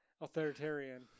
authoritarian